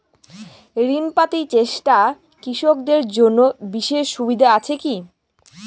ঋণ পাতি চেষ্টা কৃষকদের জন্য বিশেষ সুবিধা আছি কি?